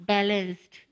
Balanced